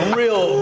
real